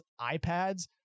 iPads